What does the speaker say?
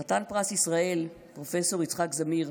חתן פרס ישראל פרופ' יצחק זמיר,